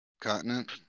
Continent